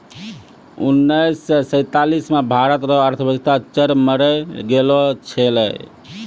उनैस से सैंतालीस मे भारत रो अर्थव्यवस्था चरमरै गेलो छेलै